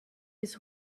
his